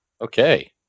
Okay